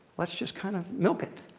let's just kind of milk it.